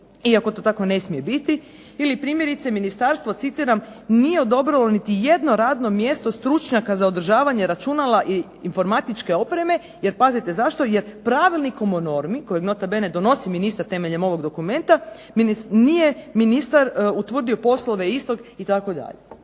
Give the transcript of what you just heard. iako to tako ne smije biti, ili primjerice Ministarstvo citiram nije odobrilo niti jedno radno mjesto stručnjaka za održavanje računala i informatičke opreme jer pravilnikom o normi kojeg nota bene donosi ministar temeljem ovog dokumenta nije ministar utvrdio poslove istog itd.